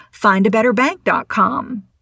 findabetterbank.com